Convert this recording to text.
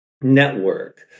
network